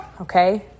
Okay